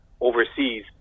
overseas